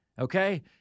Okay